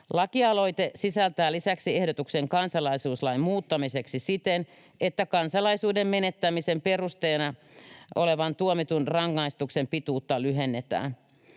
Lakialoite sisältää lisäksi ehdotuksen kansalaisuuslain muuttamiseksi siten, että kansalaisuuden menettämisen perusteena olevan tuomitun rangaistuksen pituutta lyhennetään.